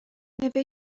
نوشتی